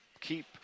keep